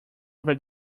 over